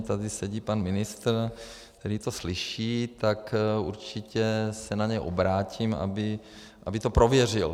Tady sedí pan ministr, který to slyší, tak určitě se na něj obrátím, aby to prověřil.